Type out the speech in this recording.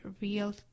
real